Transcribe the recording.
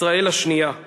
"ישראל השנייה";